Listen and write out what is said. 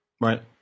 Right